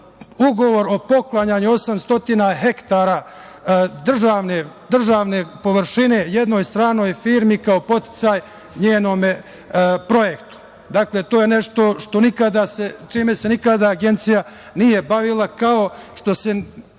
ugovor o poklanjanju 800 hektara državne površine jednoj stranoj firmi kao podsticaj njenom projektu. Dakle, to je nešto čime se nikada Agencija nije bavila, kao što nije